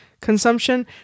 consumption